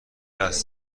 لحظه